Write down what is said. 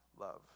love